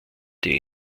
die